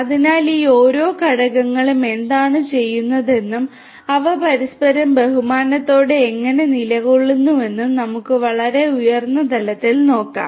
അതിനാൽ ഈ ഓരോ ഘടകങ്ങളും എന്താണ് ചെയ്യുന്നതെന്നും അവ പരസ്പരം ബഹുമാനത്തോടെ എങ്ങനെ നിലകൊള്ളുന്നുവെന്നും നമുക്ക് വളരെ ഉയർന്ന തലത്തിൽ നോക്കാം